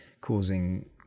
causing